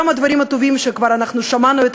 גם הדברים הטובים שאנחנו כבר שמענו את